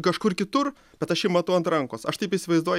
kažkur kitur aš jį matau ant rankos aš taip įsivaizduoju